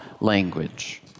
language